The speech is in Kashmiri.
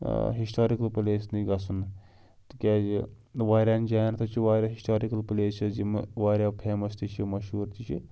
ہِسٹارِکَل پٕلیسنٕے گژھُن تِکیٛازِ واریَہَن جایَن ہَسا چھِ واریاہ ہِسٹارِکَل پٕلیسٕز یِم واریاہ فیمَس تہِ چھِ مشہوٗر تہِ چھِ